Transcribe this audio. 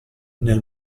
nel